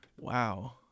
Wow